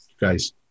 guys